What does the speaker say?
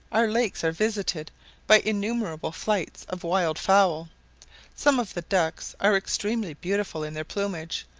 our lakes are visited by innumerable flights of wild fowl some of the ducks are extremely beautiful in their plumage,